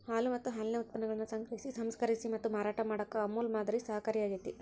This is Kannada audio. ಹಾಲು ಮತ್ತ ಹಾಲಿನ ಉತ್ಪನ್ನಗಳನ್ನ ಸಂಗ್ರಹಿಸಿ, ಸಂಸ್ಕರಿಸಿ ಮತ್ತ ಮಾರಾಟ ಮಾಡಾಕ ಅಮೂಲ್ ಮಾದರಿ ಸಹಕಾರಿಯಾಗ್ಯತಿ